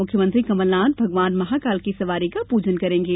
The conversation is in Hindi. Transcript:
मुख्यमंत्री कमल नाथ भगवान महाकाल की सवारी का प्रजन करेंगे